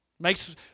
makes